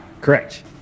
Correct